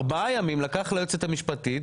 ארבעה ימים לקח ליועצת המשפטית,